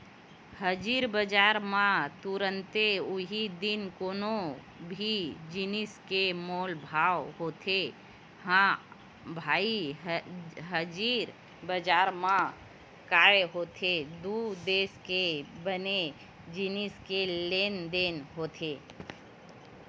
हाजिर बजार म तुरते उहीं दिन कोनो भी जिनिस के मोल भाव होथे ह भई हाजिर बजार म काय होथे दू देस के बने जिनिस के लेन देन होथे